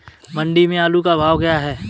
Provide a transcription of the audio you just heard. मंडी में आलू का भाव क्या है?